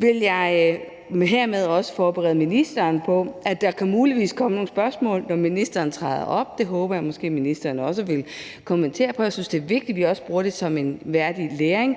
vil jeg hermed forberede ministeren på, at der muligvis kan komme nogle spørgsmål, når ministeren træder herop. Dem håber jeg at ministeren måske også vil kommentere på. Jeg synes, at det vigtigt, at vi også bruger det som en værdifuld læring.